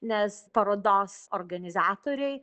nes parodos organizatoriai